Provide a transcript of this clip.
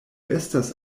estas